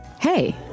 Hey